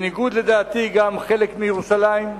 בניגוד לדעתי גם חלק מירושלים.